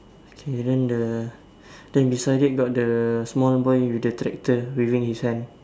okay then the then this one then got the small boy with the tractor waving his hand